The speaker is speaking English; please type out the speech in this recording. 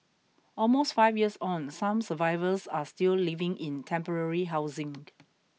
almost five years on some survivors are still living in temporary housing